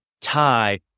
tie